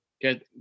get